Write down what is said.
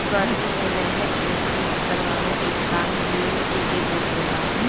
गर्मी मे नहर के ठीक करवाए के काम भी इहे देखे ला